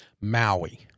Maui